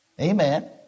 Amen